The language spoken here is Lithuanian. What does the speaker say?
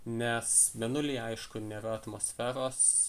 nes mėnulyje aišku nėra atmosferos